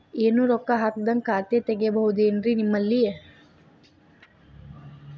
ಏನು ರೊಕ್ಕ ಹಾಕದ್ಹಂಗ ಖಾತೆ ತೆಗೇಬಹುದೇನ್ರಿ ನಿಮ್ಮಲ್ಲಿ?